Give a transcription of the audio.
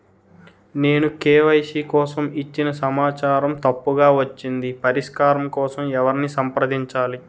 నేను కే.వై.సీ కోసం ఇచ్చిన సమాచారం తప్పుగా వచ్చింది పరిష్కారం కోసం ఎవరిని సంప్రదించాలి?